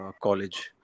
college